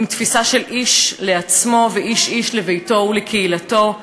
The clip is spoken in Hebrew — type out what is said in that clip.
עם תפיסה של איש לעצמו ואיש-איש לביתו ולקהילתו?